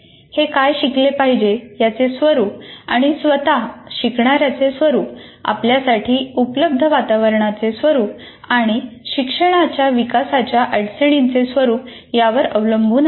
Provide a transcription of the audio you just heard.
हे काय शिकले पाहिजे याचे स्वरूप आणि स्वतः शिकणार्याचे स्वरुप आपल्यासाठी उपलब्ध वातावरणाचे स्वरूप आणि शिक्षणाच्या विकासाच्या अडचणींचे स्वरुप यावर अवलंबून असते